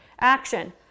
Action